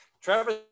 Travis